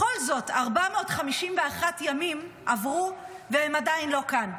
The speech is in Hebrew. בכל זאת, 451 ימים עברו, והם עדיין לא כאן.